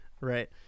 Right